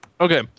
Okay